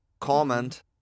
Comment